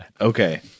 okay